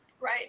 right